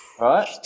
right